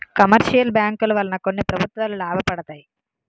commercial బ్యాంకుల వలన కొన్ని ప్రభుత్వాలు లాభపడతాయి